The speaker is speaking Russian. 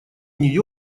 нее